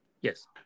Yes